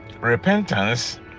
Repentance